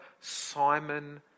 simon